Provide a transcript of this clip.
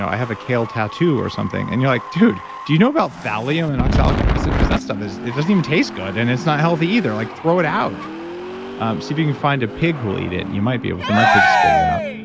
i have a kale tattoo or something. and you're like, dude, do you know about thallium and oxalic acid? because that stuff is, it doesn't even taste good and it's not healthy either. like throw it out see if you can find a pig who'll it, and you might be able to see my pig spit it out.